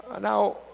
Now